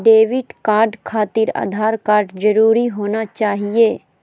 Debit card खातिर Aadhaar card जरूरी होना चाहिए?